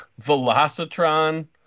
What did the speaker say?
Velocitron